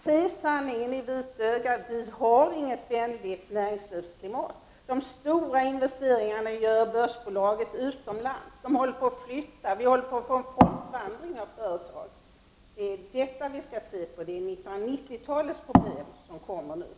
Se sanningen i vitögat — vi har inget vänligt näringslivsklimat! De stora investeringarna gör börsbolagen utomlands. De håller på att flytta. Vi kommer att få en folkvandring när det gäller företagen. Det är 1990-talets problem som vi nu skall se på.